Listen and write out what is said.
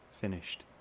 Finished